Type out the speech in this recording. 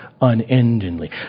unendingly